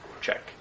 Check